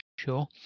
Sure